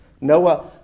Noah